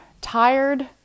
tired